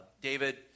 David